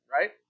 right